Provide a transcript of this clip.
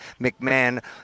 McMahon